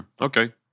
okay